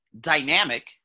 dynamic